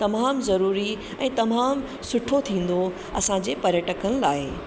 तमामु ज़रूरी ऐं तमामु सुठो थींदो असांजे पर्यटकनि लाइ